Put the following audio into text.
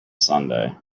sunday